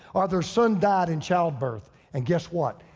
or their son died in childbirth. and guess what,